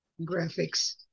graphics